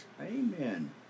amen